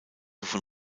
von